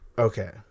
okay